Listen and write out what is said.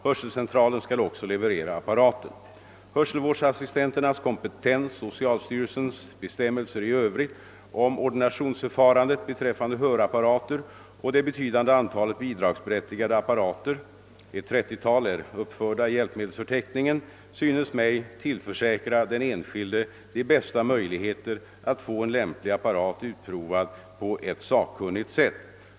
Hörcentralen skall också leverera apparaten. Hörselvårdsassistenternas kompetens, socialstyrelsens bestämmelser i övrigt om ordinationsförfarandet beträffande hörapparater och det betydande antalet bidragsberättigade apparater — ett 30 tal är uppförda i hjälpmedelsförteckningen — synes mig tillförsäkra den enskilde de bästa möjligheter att få en lämplig apparat utprovad på ett sakkunnigt sätt.